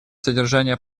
содержания